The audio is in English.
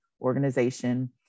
organization